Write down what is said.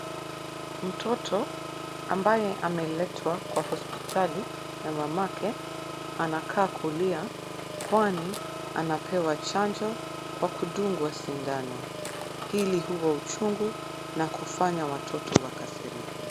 Mtoto ambaye ameletwa kwa hospitali na mamake, anakaa kulia kwani anapewa chanjo kwa kudungwa sindano. Hili huwa uchungu, na kufanya watoto wakasirike.